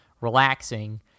relaxing